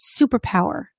superpower